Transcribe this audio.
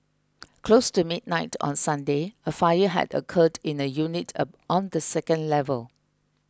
close to midnight on Sunday a fire had occurred in a unit on the second level